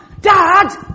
Dad